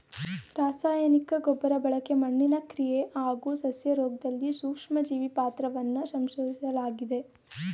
ರಾಸಾಯನಿಕ ಗೊಬ್ರಬಳಕೆ ಮಣ್ಣಿನ ಕ್ರಿಯೆ ಹಾಗೂ ಸಸ್ಯರೋಗ್ದಲ್ಲಿ ಸೂಕ್ಷ್ಮಜೀವಿ ಪಾತ್ರವನ್ನ ಸಂಶೋದಿಸ್ಲಾಗಿದೆ